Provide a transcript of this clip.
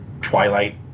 twilight